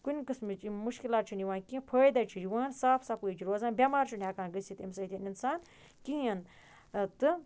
کُنہِ قٕسمٕچ یِم مُشکلات چھَنہٕ یِوان کینٛہہ فٲیدَے چھُ یِوان صاف صفٲیی چھِ روزان بٮ۪مار چھُنہٕ ہٮ۪کان گٔژھِتھ اَمہِ سۭتۍ اِنسان کِہیٖنۍ تہٕ